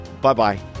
Bye-bye